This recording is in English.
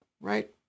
right